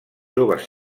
joves